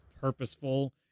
purposeful